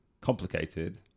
complicated